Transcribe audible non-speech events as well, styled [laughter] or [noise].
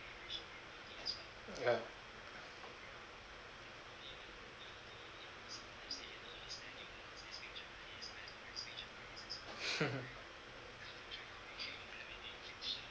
ya [laughs]